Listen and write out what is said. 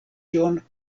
john